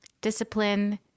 discipline